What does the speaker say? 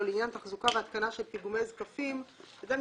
לעניין תחזוקה והתקנה של פיגומי זקפים,"" הסיפה,